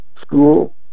school